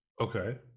Okay